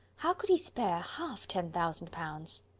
how could he spare half ten thousand pounds?